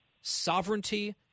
sovereignty